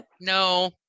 no